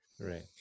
right